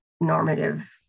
normative